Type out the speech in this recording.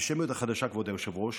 האנטישמיות החדשה, כבוד היושב-ראש,